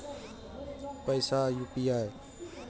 पैसा यू.पी.आई?